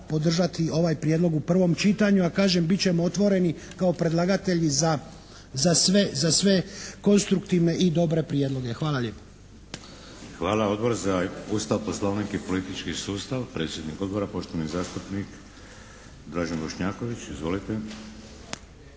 podržati ovaj prijedlog u prvom čitanju, a kažem bit ćemo otvoreni kao predlagatelji za sve konstruktivne i dobre prijedloge. Hvala lijepo. **Šeks, Vladimir (HDZ)** Hvala. Odbor za Ustav, Poslovnik i politički sustav. Predsjednik Odbora poštovani zastupnik Dražen Bošnjaković, izvolite.